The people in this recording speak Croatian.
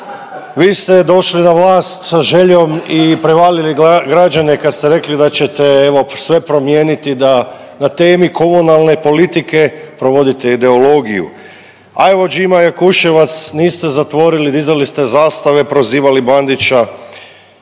Vi ste došli na vlast sa željom i prevarili građane kad ste rekli da ćete evo sve promijeniti da na temi komunalne politike provodite ideologiju. A evo …/Govornik se ne razumije./… Jakuševac niste zatvorili, dizali ste zastave, prozivali Bandića,